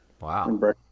Wow